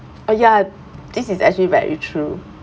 oh ya this is actually very true